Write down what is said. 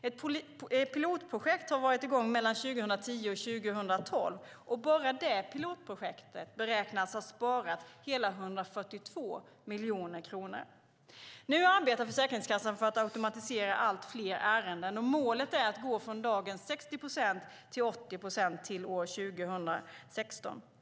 Ett pilotprojekt har varit i gång mellan 2010 och 2012, och bara det pilotprojektet beräknas ha sparat hela 142 miljoner kronor. Nu arbetar Försäkringskassan för att automatisera allt fler ärenden, och målet är att gå från dagens 60 procent till 80 procent till år 2016.